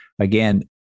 again